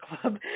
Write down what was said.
club